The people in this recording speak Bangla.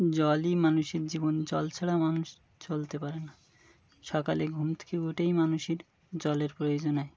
জলই মানুষের জীবন জল ছাড়া মানুষ চলতে পারে না সকালে ঘুম থেকে উঠেই মানুষের জলের প্রয়োজন হয়